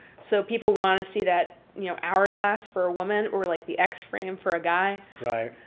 so people want to see that you know hourglass for a woman or like the x frame for a guy. right.